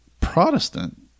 protestant